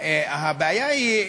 הבעיה היא,